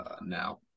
now